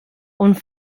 und